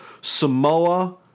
Samoa